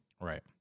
Right